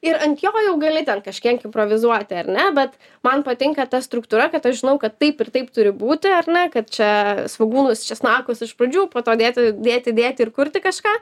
ir ant jo jau gali ten kažkiek improvizuoti ar ne bet man patinka ta struktūra kad aš žinau kad taip ir taip turi būti ar ne kad čia svogūnus česnakus iš pradžių po to dėti dėti dėti ir kurti kažką